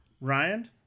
Ryan